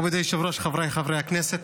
מכובדי היושב-ראש, חבריי חברי הכנסת,